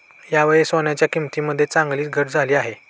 यावेळी सोन्याच्या किंमतीमध्ये चांगलीच घट झाली आहे